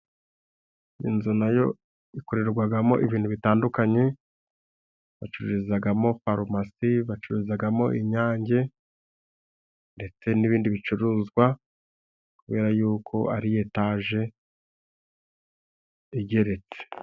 Inzu nayo ikorerwagamo ibintu bitandukanye: Bacururizagamo farumasi, bacuruzagamo inyange, ndetse n'ibindi bicuruzwa kubera yuko, ari etaje igeretse.